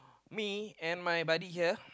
me and my buddy here